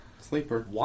Sleeper